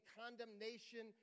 condemnation